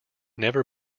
never